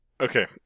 Okay